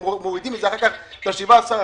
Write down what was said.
הם מורידים אחר-כך את ה-17%,